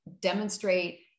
demonstrate